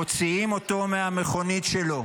מוציאים אותו מהמכונית שלו,